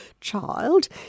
child